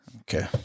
okay